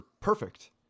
perfect